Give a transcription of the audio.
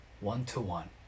One-to-one